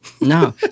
No